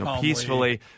peacefully